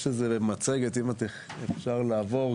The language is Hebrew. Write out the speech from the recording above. יש איזה מצגת אם אפשר לעבור.